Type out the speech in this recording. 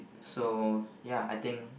so ya I think